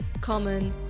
common